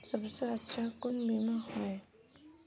सबसे अच्छा कुन बिमा होय?